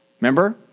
Remember